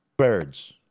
Birds